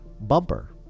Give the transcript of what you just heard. bumper